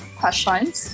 questions